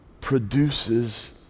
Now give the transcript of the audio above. produces